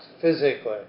physically